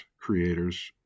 creators